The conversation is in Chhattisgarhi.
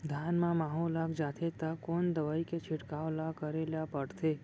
धान म माहो लग जाथे त कोन दवई के छिड़काव ल करे ल पड़थे?